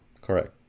Correct